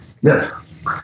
Yes